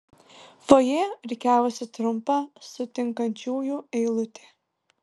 fojė rikiavosi trumpa sutinkančiųjų eilutė